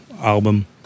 album